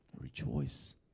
Rejoice